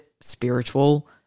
spiritual